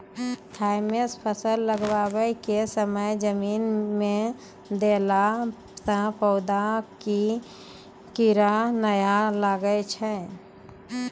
Thimet फ़सल लगाबै के समय जमीन मे देला से पौधा मे कीड़ा नैय लागै छै?